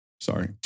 Sorry